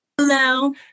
Hello